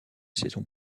saison